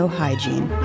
hygiene